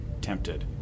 tempted